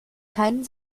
kein